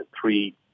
three